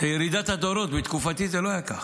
זו ירידת הדורות, בתקופתי זה לא היה ככה.